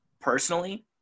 personally